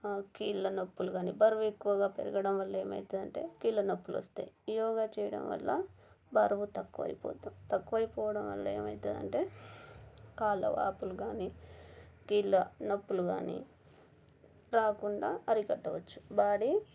కీళ్ళ నొప్పులు కాని బరువు ఎక్కువగా పెరగడం వల్ల ఏమైతదంటే కీళ్ళ నొప్పులు వస్తాయి యోగా చేయడం వల్ల బరువు తక్కువైపోతాం తక్కువైపోవడం వల్ల ఏమైతదంటే కాళ్ళ వాపులు కాని కీళ్ళ నొప్పులు కాని రాకుండా అరికట్టవచ్చు బాడీ